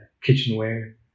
kitchenware